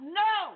no